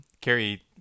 carrie